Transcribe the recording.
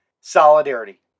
Solidarity